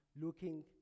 looking